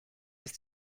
ist